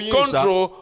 control